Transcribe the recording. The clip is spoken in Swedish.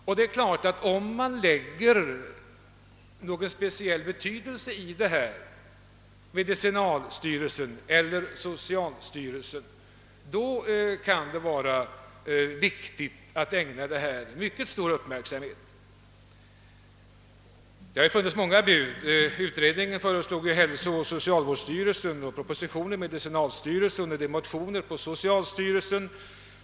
Om man anser att det har någon speciell betydelse om verket skall heta medicinalstyrelsen eller socialstyrelsen, kan det givetvis vara viktigt att ägna frågan mycket stor uppmärksamhet. Det har funnits många bud, Utredningen föreslog hälsooch socialvårdsstyrelsen, propositionen föreslog medicinalstyrelsen.